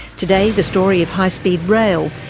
today, the story of high speed rail,